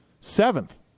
seventh